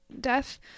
death